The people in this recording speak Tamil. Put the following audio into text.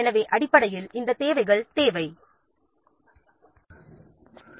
எனவே இவைகள் தான் அடிப்படையில் தேவைகள் ஆகும்